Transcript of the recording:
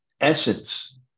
essence